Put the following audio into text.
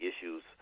issues